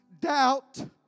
doubt